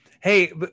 Hey